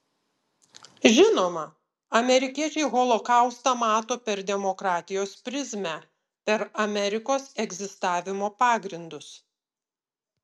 žinoma amerikiečiai holokaustą mato per demokratijos prizmę per amerikos egzistavimo pagrindus